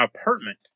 apartment